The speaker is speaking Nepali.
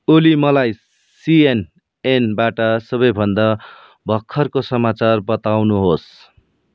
ओली मलाई सिएनएनबाट सबैभन्दा भर्खरको समाचार बताउनुहोस्